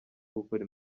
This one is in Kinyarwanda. gukora